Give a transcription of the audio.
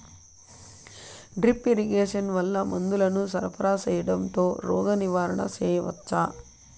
Drip irrigation వల్ల మందులను సరఫరా సేయడం తో రోగ నివారణ చేయవచ్చా?